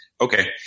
okay